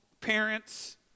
parents